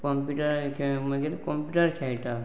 कंप्युटरार खेळून मागीर कंम्प्युटरार खेळटा